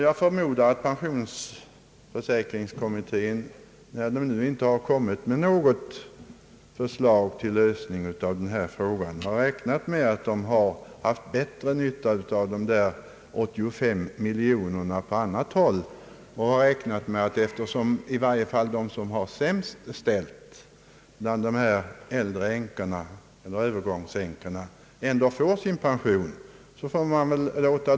Jag förmodar att pensionsförsäkringskommittén, när den nu inte lagt fram något förslag till lösning av denna fråga, har räknat med att man haft bättre nytta av dessa 85 miljoner på annat håll. Man har väl också räknat med att i varje fall de som har det sämst ställt bland de äldre änkorna eller övergångsänkorna ändå får sin pension.